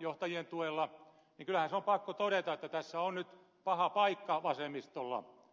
johtajien tuella niin kyllähän se on pakko todeta että tässä on nyt paha paikka vasemmistolla